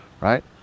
right